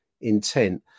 intent